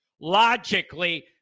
logically